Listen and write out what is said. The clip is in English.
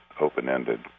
open-ended